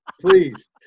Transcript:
please